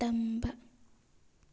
ꯇꯝꯕ